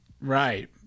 Right